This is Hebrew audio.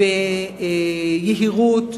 ביהירות,